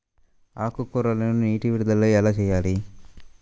ఆకుకూరలకు నీటి విడుదల ఎలా చేయాలి?